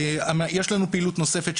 יש לנו פעילות נוספת,